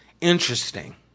Interesting